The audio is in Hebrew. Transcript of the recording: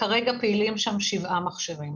כרגע פעילים שם 7 מכשירים.